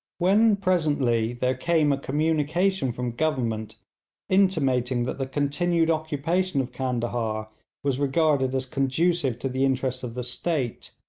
when presently there came a communication from government intimating that the continued occupation of candahar was regarded as conducive to the interest of the state,